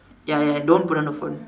ya ya don't put down the phone